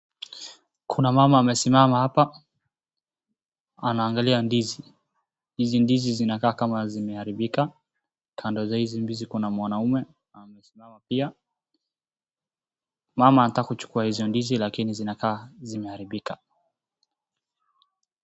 Kuna mama amesimama hapa anaangalia ndizi. Hizi ndizi zinakaa kama zimeharibika, kando ya hizi ndizi kuna mwanaume amesimama pia. Mama anataka kuchukua hizo ndizi lakini zinakaa zimeharibika.